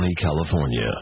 California